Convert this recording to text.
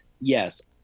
yes